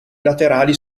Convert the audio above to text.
laterali